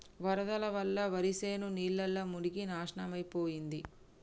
వరదల వల్ల వరిశేను నీళ్లల్ల మునిగి నాశనమైపోయింది